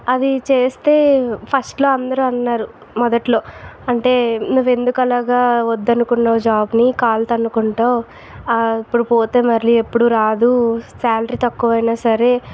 అవిచేస్తే ఫష్ట్లో అందరు అన్నారు మొదట్లో అంటే నువ్వెందుకు అలాగ వద్దనుకున్నావు జాబ్ని కాలుతన్నుకుంటావు ఇపుడు పోతే మళ్ళీ ఎప్పుడు రాదు సాలరీ తక్కువ అయినాసరే